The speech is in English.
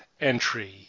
entry